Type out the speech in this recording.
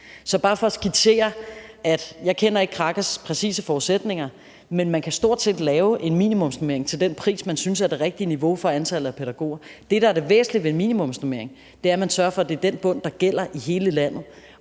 er bare for at skitsere, at jeg ikke kender Krakas præcise forudsætninger, men at man stort set kan lave en minimumsnormering til den pris, man synes er det rigtige niveau for antallet af pædagoger. Det, der er det væsentlige ved en minimumsnormering, er, at man sørger for, at det er den bund, der gælder i hele landet,